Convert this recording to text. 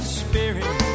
spirit